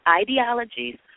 ideologies